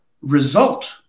result